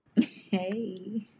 Hey